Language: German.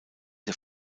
der